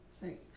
thanks